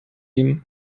ihm